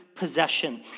Possession